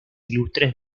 ilustres